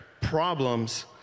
problems